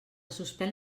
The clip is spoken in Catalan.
suspèn